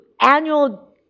annual